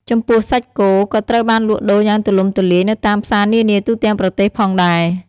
ចំពោះសាច់គោ ក៏ត្រូវបានលក់ដូរយ៉ាងទូលំទូលាយនៅតាមផ្សារនានាទូទាំងប្រទេសផងដែរ។